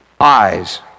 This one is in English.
eyes